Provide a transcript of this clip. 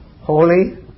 Holy